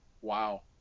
Wow